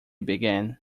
began